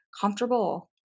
comfortable